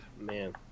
Man